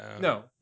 no